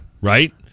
Right